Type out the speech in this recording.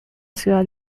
ciudad